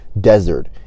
desert